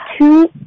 two